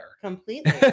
Completely